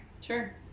Sure